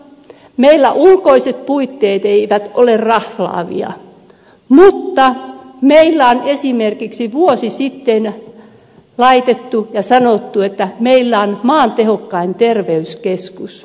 meillä ulkoiset puitteet eivät ole raflaavia mutta meillä on esimerkiksi vuosi sitten laitettu ja sanottu että meillä on maan tehokkain terveyskeskus